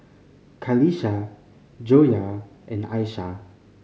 Qalisha Joyah and Aishah